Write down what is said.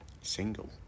Single